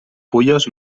fulles